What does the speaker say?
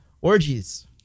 orgies